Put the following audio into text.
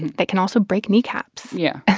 they can also break kneecaps yeah and